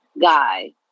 guy